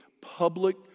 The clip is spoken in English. public